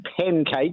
pancake